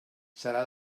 serà